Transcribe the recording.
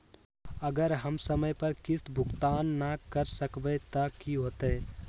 अगर हम समय पर किस्त भुकतान न कर सकवै त की होतै?